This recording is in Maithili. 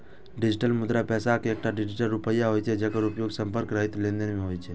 डिजिटल मुद्रा पैसा के एकटा डिजिटल रूप होइ छै, जेकर उपयोग संपर्क रहित लेनदेन मे होइ छै